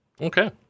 Okay